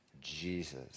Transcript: Jesus